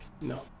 No